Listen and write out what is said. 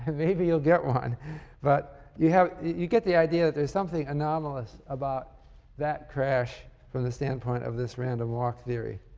maybe you'll get one but you have you get the idea that there's something anomalous about that crash from the standpoint of this random walk theory.